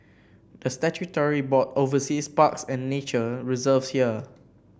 the statutory board oversees parks and nature reserves here